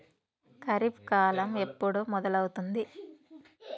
ఖరీఫ్ కాలం ఎప్పుడు మొదలవుతుంది?